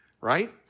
right